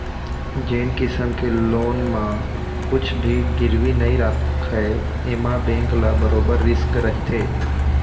जेन किसम के लोन म कुछ भी गिरवी नइ राखय एमा बेंक ल बरोबर रिस्क रहिथे